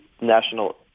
national